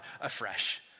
afresh